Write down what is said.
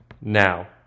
now